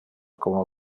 como